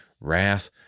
wrath